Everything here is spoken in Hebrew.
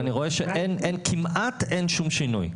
רואה שכמעט ואין שום שינוי.